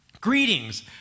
greetings